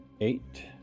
Eight